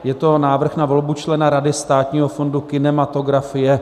Je to Návrh na volbu člena Rady Státního fondu kinematografie.